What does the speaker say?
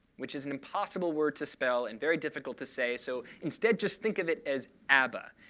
which is an impossible word to spell and very difficult to say. so instead, just think of it as abba,